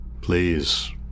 Please